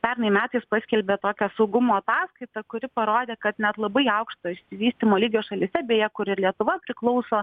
pernai metais paskelbė tokią saugumo ataskaitą kuri parodė kad net labai aukšto išsivystymo lygio šalyse beje kur ir lietuva priklauso